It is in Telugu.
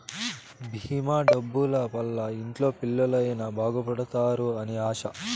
భీమా డబ్బుల వల్ల ఇంట్లో పిల్లలు అయిన బాగుపడుతారు అని ఆశ